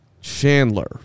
Chandler